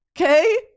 Okay